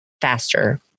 faster